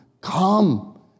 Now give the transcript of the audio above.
Come